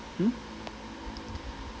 mm